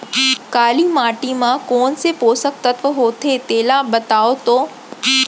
काली माटी म कोन से पोसक तत्व होथे तेला बताओ तो?